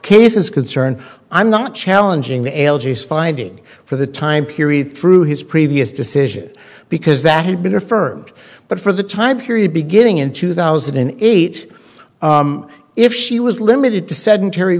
case is concerned i'm not challenging the l g s finding for the time period through his previous decision because that had been affirmed but for the time period beginning in two thousand and eight if she was limited to sedentary